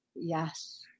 Yes